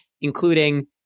including